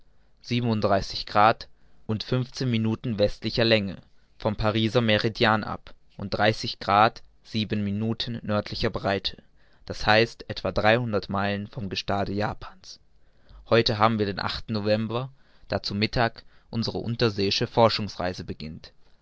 und fünfzehn minuten westlicher länge vom pariser meridian ab und dreißig grad sieben minuten nördlicher breite d h etwa dreihundert meilen vom gestade japans heute haben wir den november da zu mittag unsere unterseeische forschungsreise beginnt